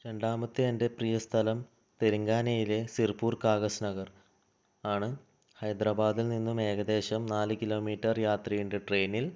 രണ്ടാമത്തെ എന്റെ പ്രിയ സ്ഥലം തെലുങ്കാനയിലെ സീർപ്പൂർ കാഗസ് നഗർ ആണ് ഹൈദെരാബാദിൽ നിന്നും ഏകദേശം നാലു കിലോമീറ്റർ യാത്രയുണ്ട് ട്രയിനിൽ